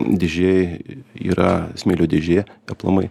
dėžė yra smėlio dėžė aplamai